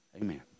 Amen